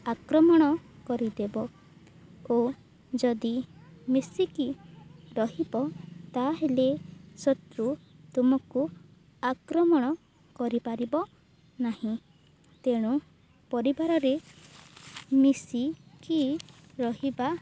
ଆକ୍ରମଣ କରିଦେବ ଓ ଯଦି ମିଶିକି ରହିବ ତାହେଲେ ଶତ୍ରୁ ତୁମକୁ ଆକ୍ରମଣ କରିପାରିବ ନାହିଁ ତେଣୁ ପରିବାରରେ ମିଶିକି ରହିବା